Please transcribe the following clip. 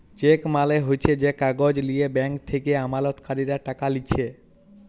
check মালে হচ্যে যে কাগজ লিয়ে ব্যাঙ্ক থেক্যে আমালতকারীরা টাকা লিছে